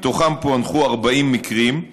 מהם פוענחו 40 מקרים,